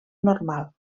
normal